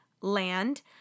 Land